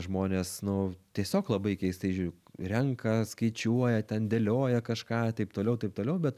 žmonės nu tiesiog labai keistai žiūri renka skaičiuoja ten dėlioja kažką taip toliau taip toliau bet